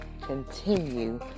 continue